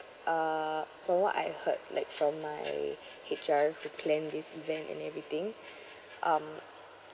uh from what I heard like from my H_R who planned this event and everything um